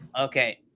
Okay